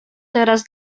teraz